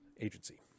agency